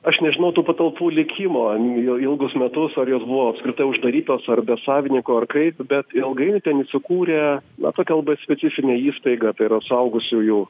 aš nežinau tų patalpų likimo jau ilgus metus ar jos buvo apskritai uždarytos ar be savininko ar kaip bet ilgainiui ten įsikūrė na tokia labai specifinė įstaiga tai yra suaugusiųjų